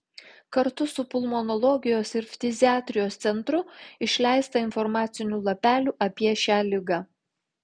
kartu su pulmonologijos ir ftiziatrijos centru išleista informacinių lapelių apie šią ligą